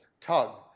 tug